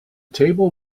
table